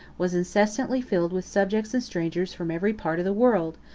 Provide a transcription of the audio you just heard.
was incessantly filled with subjects and strangers from every part of the world,